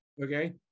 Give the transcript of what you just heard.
Okay